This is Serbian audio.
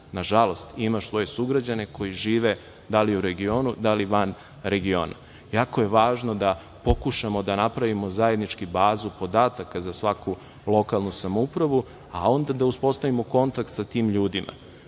nažalost, ima svoje sugrađane koji žive, da li u regionu, da li van regiona. Jako je važno da pokušamo da napravimo zajednički bazu podataka za svaku lokalnu samoupravu, a onda da uspostavimo kontakt sa tim ljudima.